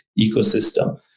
ecosystem